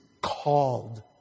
called